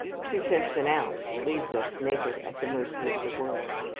two cents an ounce leaves us naked at the mercy of the world.